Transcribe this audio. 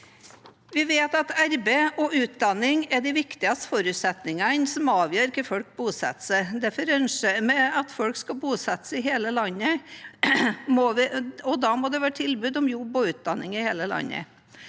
Vi vet at arbeid og utdanning er de viktigste forutsetningene som avgjør hvor folk bosetter seg. Vi ønsker at folk skal bosette seg i hele landet, og da må det være tilbud om jobb og utdanning i hele landet.